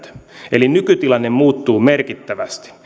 eli nykytilanne muuttuu merkittävästi